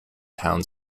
town